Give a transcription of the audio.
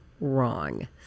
wrong